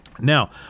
Now